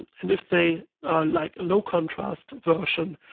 and if they like low contrast version,